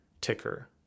ticker